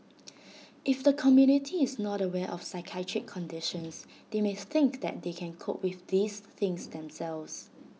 if the community is not aware of psychiatric conditions they may think that they can cope with these things themselves